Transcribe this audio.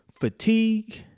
Fatigue